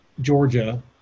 Georgia